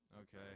Okay